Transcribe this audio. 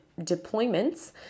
deployments